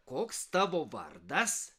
koks tavo vardas